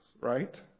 right